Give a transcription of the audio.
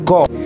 God